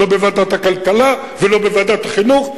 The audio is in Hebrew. לא בוועדת הכלכלה ולא בוועדת החינוך,